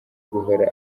guhora